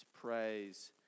praise